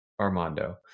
Armando